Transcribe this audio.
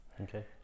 Okay